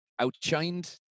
Outshined